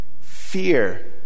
Fear